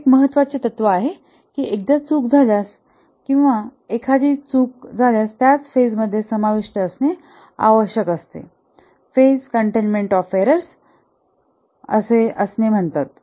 हे एक महत्त्वाचे तत्व आहे की एकदा चूक झाल्यास किंवा एखादी चूक झाल्यास त्याच फेज मध्ये समाविष्ट असणे आवश्यक आहे फेज कंटेनमेंट ऑफ एरर्स असणे म्हणतात